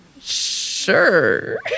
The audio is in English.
sure